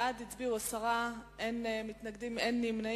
בעד הצביעו עשרה, אין מתנגדים, אין נמנעים.